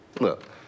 look